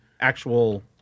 actual